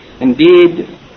Indeed